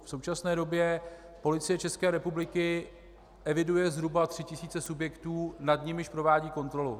V současné době Policie České republiky eviduje zhruba tři tisíce subjektů, nad nimiž provádí kontrolu.